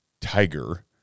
tiger